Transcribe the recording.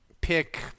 pick